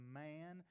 man